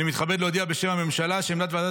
אני מתכבד להודיע בשם הממשלה שעמדת ועדת